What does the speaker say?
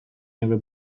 never